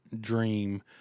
dream